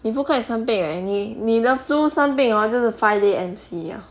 你不可以生病 eh 你的 flu 生病 hor 就是 five day M_C 了